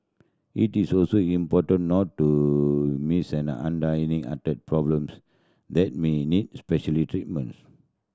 it is also important not to miss an an dining heart problems that may need specially treatments